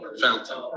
Fountain